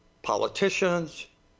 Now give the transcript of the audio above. politicians,